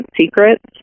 secrets